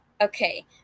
Okay